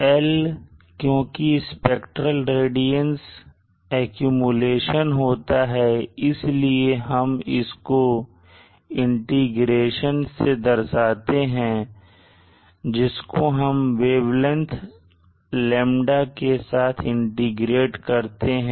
L क्योंकि spectral radiance का accumulation होता है इसलिए हम इसको इंटीग्रेशन से दर्शाते हैं जिसको हम वेवलेंथ λ के साथ इंटीग्रेट करते हैं